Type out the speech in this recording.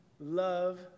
Love